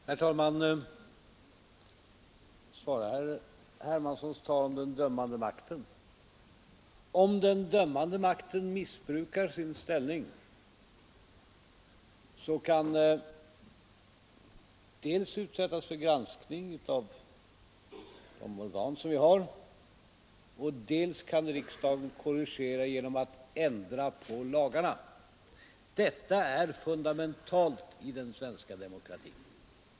Herr talman! Jag skall svara herr Hermansson om den dömande makten. Ifall den dömande makten missbrukar sin ställning är det så att dels kan den utsättas för granskning av de organ som vi har, dels kan riksdagen korrigera genom att ändra på lagarna. Detta är fundamentalt i den svenska demokratin.